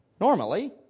Normally